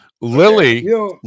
Lily